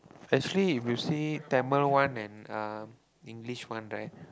actually if you say Tamil one and uh English one right